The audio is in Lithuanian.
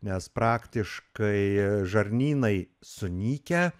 nes praktiškai žarnynai sunykę